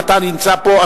אם אתה נמצא פה,